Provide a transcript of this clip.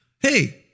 Hey